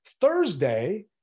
Thursday